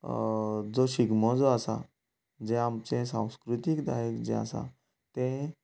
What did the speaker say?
जो शिगमो जो आसा जो आमचे सांस्कृतीक जायज जे आसा तें